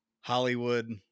Hollywood